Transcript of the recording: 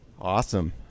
awesome